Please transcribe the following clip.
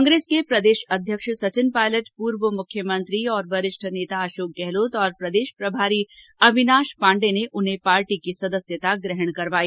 कांग्रेस के प्रदेशाध्यक्ष सचिन पायलट पूर्व मुख्यमंत्री और वरिष्ठ नेता अशोक गहलोत तथा प्रदेश प्रभारी अविनाश पाण्डे ने उन्हें पार्टी की सदस्यता ग्रहण करवाई